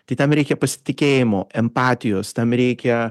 tai tam reikia pasitikėjimo empatijos tam reikia